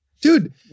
Dude